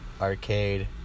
Arcade